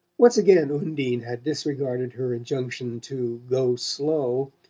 once again undine had disregarded her injunction to go slow,